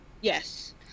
Yes